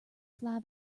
fly